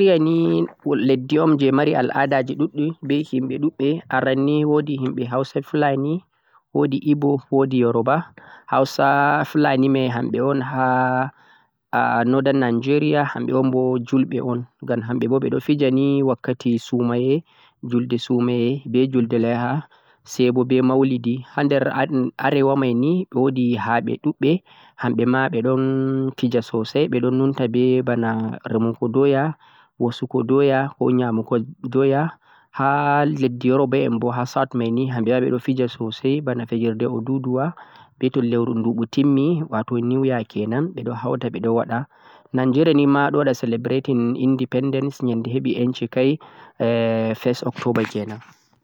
Nigeria ni wo'di himɓe Hausa fulani, wo'di Igbo, wo'di Yoruba. Hausa fulani mai hamɓe un ha northern Nigeria hamɓe un bo julɓe un, ngam hamɓe bo ɓe ɗo fija ni wakkati sumaye, julde sumaye be julde laiha sai bo be maulidi har der arewa mai ni wo'di ha'ɓe ɗuɓɓe, hamɓe ma ɓe ɗon fija sosai ɓe numta be bana remugo doya, hosugo doya ko nyamugo doya, ha leddi Yoruba en bo ha south mai ni hamɓe ma ɓe ɗo fija sosai fijirde oduduwa, be to leuru nduɓu timmi wa'to new year kenan ɓe hauta ɓe ɗo waɗa. Nigeria ni ma ɗo waɗa celebrating independence nyande heɓi ƴanci kai e first October kenan.